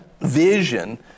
vision